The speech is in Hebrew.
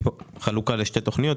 יש פה חלוקה לשתי תכניות.